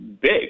big